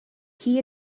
key